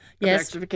Yes